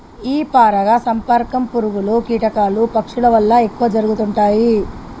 ఈ పరాగ సంపర్కం పురుగులు, కీటకాలు, పక్షుల వల్ల ఎక్కువ జరుగుతుంటాయి